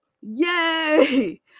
yay